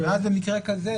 ובמקרה כזה,